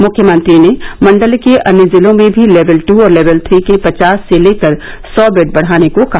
मुख्यमंत्री ने मण्डल के अन्य जिलों में भी लेवल टू और लेवल थ्री के पचास से लेकर सौ बेड बढाने को कहा